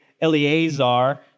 Eleazar